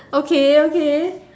okay okay